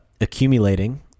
accumulating